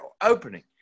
opening